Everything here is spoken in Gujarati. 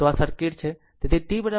તો આ સર્કિટ છે